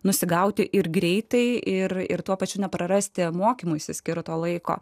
nusigauti ir greitai ir ir tuo pačiu neprarasti mokymuisi skirto laiko